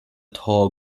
tall